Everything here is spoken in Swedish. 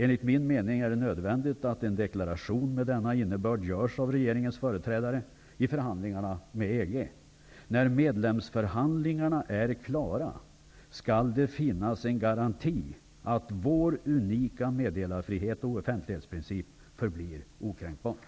Enligt min mening är det nödvändig att en deklaration med denna innebörd görs av regeringens företrädare i förhandlingarna med EG. När medlemsförhandlingarna är klara skall det finnas en garanti att vår unika meddelarfrihet och offentlighetsprincip förblir okränkbara.